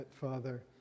Father